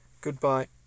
goodbye